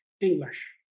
English